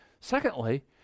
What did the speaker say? Secondly